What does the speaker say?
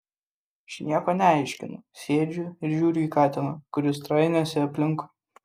aš nieko neaiškinu sėdžiu ir žiūriu į katiną kuris trainiojasi aplinkui